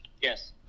yes